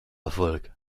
erfolg